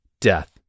death